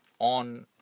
On